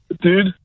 Dude